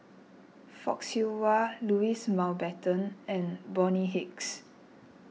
Fock Siew Wah Louis Mountbatten and Bonny Hicks